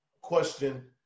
question